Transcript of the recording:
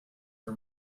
for